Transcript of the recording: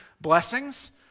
blessings